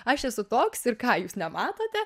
aš esu toks ir ką jūs nematote